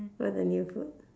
what are the new food